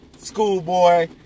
Schoolboy